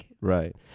Right